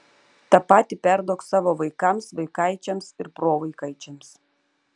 tą patį perduok savo vaikams vaikaičiams ir provaikaičiams